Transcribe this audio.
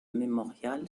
mémorial